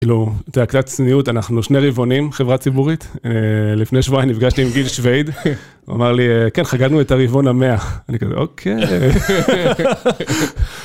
כאילו, אתה יודע, קצת צניעות, אנחנו שני ריבעונים, חברה ציבורית. לפני שבועיים נפגשתי עם גיל שוייד, הוא אמר לי, כן, חגגנו את הריבעון המאה. אני כזה, אוקיי...